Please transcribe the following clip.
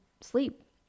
sleep